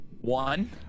One